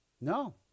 No